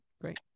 great